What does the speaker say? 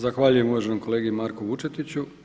Zahvaljujem uvaženom kolegi Marku Vučetiću.